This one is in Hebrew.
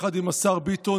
יחד עם השר ביטון,